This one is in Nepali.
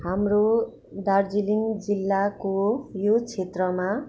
हाम्रो दार्जिलिङ जिल्लाको यो क्षेत्रमा